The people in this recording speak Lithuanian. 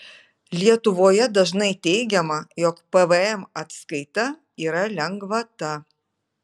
lietuvoje dažnai teigiama jog pvm atskaita yra lengvata